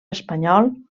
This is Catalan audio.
espanyol